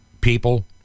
people